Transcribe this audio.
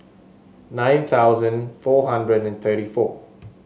nine thousand four hundred and thirty four